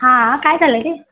हां काय झालं रे